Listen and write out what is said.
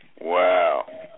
Wow